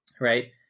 right